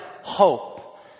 hope